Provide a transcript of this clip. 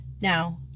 Now